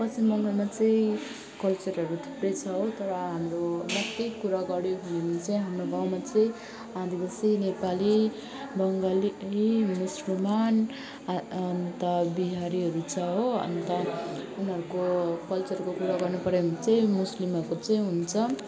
पश्चिम बङ्गालमा चाहिँ कल्चरहरू थुप्रै छ हो तर हाम्रो मात्रै कुरा गर्यौँ भने चाहिँ हाम्रो गाउँमा चाहिँ आदिवासी नेपाली बङ्गाली यही मुसलमान अ अन्त बिहारीहरू छ हो अन्त उनीहरूको कल्चरको कुरा गर्नुपर्यो भने चाहिँ मुस्लिमहरूको चाहिँ हुन्छ